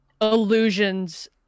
illusions